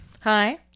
Hi